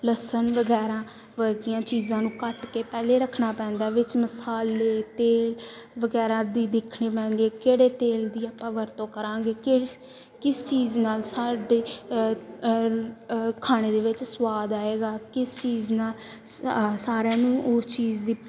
ਲਸਣ ਵਗੈਰਾ ਵਰਗੀਆਂ ਚੀਜ਼ਾਂ ਨੂੰ ਕੱਟ ਕੇ ਪਹਿਲਾਂ ਰੱਖਣਾ ਪੈਂਦਾ ਵਿੱਚ ਮਸਾਲੇ ਤੇਲ ਵਗੈਰਾ ਦੀ ਦੇਖਣੀ ਪੈਂਦੀ ਕਿਹੜੇ ਤੇਲ ਦੀ ਆਪਾਂ ਵਰਤੋਂ ਕਰਾਂਗੇ ਕਿਹੜੇ ਕਿਸ ਚੀਜ਼ ਨਾਲ ਸਾਡੇ ਖਾਣੇ ਦੇ ਵਿੱਚ ਸਵਾਦ ਆਏਗਾ ਕਿਸ ਚੀਜ਼ ਨਾਲ ਸਾ ਸਾਰਿਆਂ ਨੂੰ ਉਸ ਚੀਜ਼ ਦੀ